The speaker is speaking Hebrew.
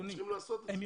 הם צריכים לעשות את זה.